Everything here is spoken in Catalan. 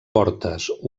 portes